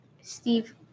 Steve